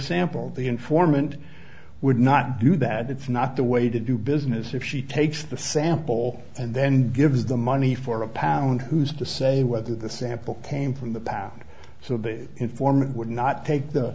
the informant would not do that it's not the way to do business if she takes the sample and then gives the money for a pound who's to say whether the sample came from the pound so the informant would not take the